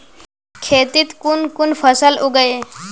खेतीत कुन कुन फसल उगेई?